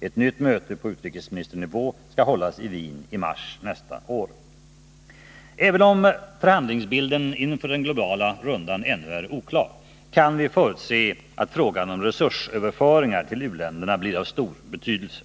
Ett nytt möte på utrikesministernivå skall hållas i Wien i mars nästa år. Även om förhandlingsbilden inför den globala rundan ännu är oklar, kan vi förutse att frågan om resursöverföringar till u-länderna blir av stor betydelse.